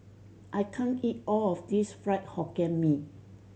I can't eat all of this Fried Hokkien Mee